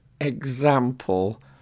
Example